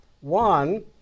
One